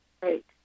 Great